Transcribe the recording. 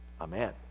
Amen